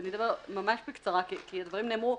ואני אדבר ממש בקצרה, כי הדברים נאמרו.